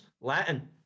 Latin